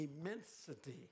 immensity